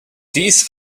these